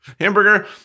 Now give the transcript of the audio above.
Hamburger